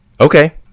Okay